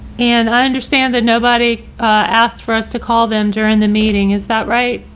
and i understand that nobody asked for us to call them during the meeting. is that right?